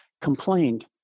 complained